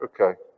okay